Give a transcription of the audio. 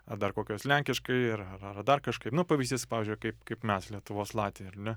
ar dar kokios lenkiškai ar ar dar kažkaip nu pavyzdys pavyzdžiui kaip kaip mes lietuvos latviai ar ne